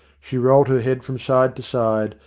she rolled her head from side to side,